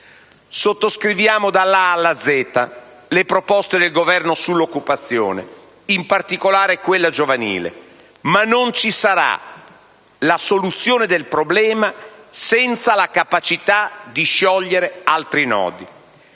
Sottoscriviamo dalla A alla Z le proposte del Governo sull'occupazione, in particolare quella giovanile, ma non ci sarà la soluzione del problema senza la capacità di sciogliere altri nodi.